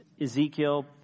Ezekiel